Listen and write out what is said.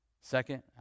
Second